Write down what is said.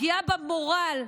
הפגיעה במורל,